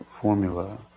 formula